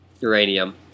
Uranium